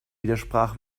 widersprach